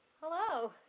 Hello